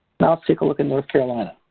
now let's take a look at north carolina.